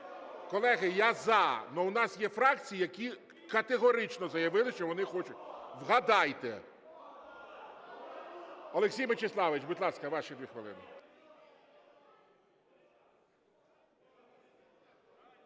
Колеги, я – за, але в нас є фракції, які категорично заявили, що вони хочуть. Вгадайте. Олексій Мячеславович, будь ласка, ваші 2 хвилини.